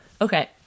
Okay